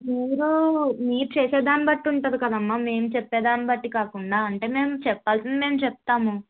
మీరు మీరు చేసే దాన్ని బట్టి ఉంటుంది కదమ్మ మేం చెప్పేదాన్ని బట్టి కాకుండా అంటే మేము చెప్పాల్సింది మేము చెప్తాం